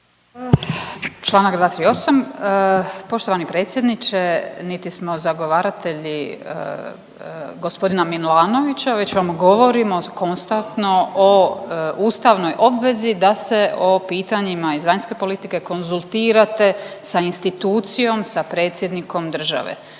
Čl. 238. Poštovani predsjedniče niti smo zagovaratelji gospodina Milanovića već vam govorimo konstantno o ustavnoj obvezi da se o pitanjima iz vanjske politike konzultirate sa institucijom, sa predsjednikom države.